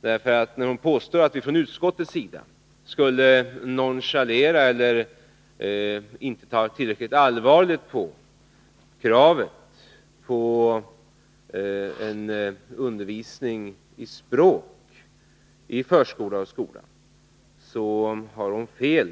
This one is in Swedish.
När hon påstår att vi från utskottets sida skulle nonchalera eller inte ta tillräckligt allvarligt på kravet på en undervisning i språk i förskola och skola så har hon fel.